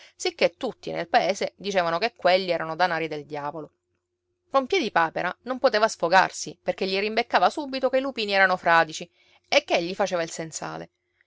sicché tutti nel paese dicevano che quelli erano danari del diavolo con piedipapera non poteva sfogarsi perché gli rimbeccava subito che i lupini erano fradici e che egli faceva il sensale